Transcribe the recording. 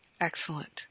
excellent